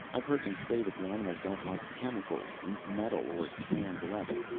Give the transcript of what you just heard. i've heard them say that the animals don't like chemicals, metal or tanned leather,